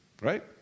Right